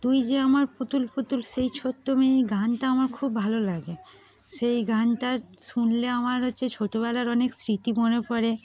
তুই যে আমার পুতুল পুতুল সেই ছোট্ট মেয়ে এই গানটা আমার খুব ভালো লাগে সেই গানটা শুনলে আমার হচ্ছে ছোটবেলার অনেক স্মৃতি মনে পড়ে